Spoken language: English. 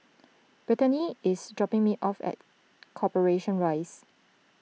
Brittanie is dropping me off at Corporation Rise